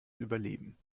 überleben